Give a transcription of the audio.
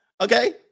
Okay